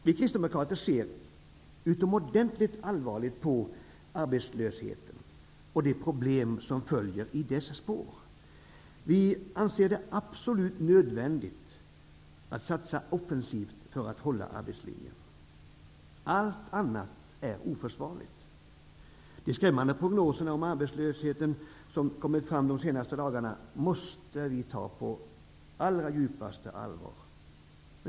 Vi kristdemokrater ser utomordentligt allvarligt på arbetslösheten och de problem som följer i dess spår. Vi anser det absolut nödvändigt att satsa offensivt för att hålla arbetslinjen. Allt annat är oförsvarligt. De skrämmande prognoserna om arbetslösheten, som kommit fram de senaste dagarna, måste vi ta på allra djupaste allvar.